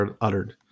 uttered